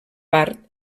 part